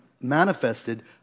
manifested